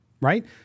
right